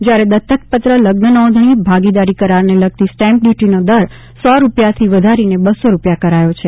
જ્યારે દત્તકપત્ર લગ્ન નોંધકી ભાગીદારી કરારને લગતી સ્ટેમ્પ ડચુટીનો દર સો રૂપિયાથી વદારો બસો રૂપિયા કરાયો છે